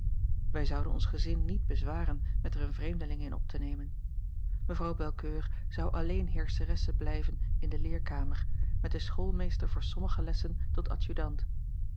wij zouden ons gezin niet bezwaren met er eene vreemdelinge in op te nemen mevrouw belcoeur zou alleenheerscheresse blijven in de leerkamer met den schoolmeester voor sommige lessen tot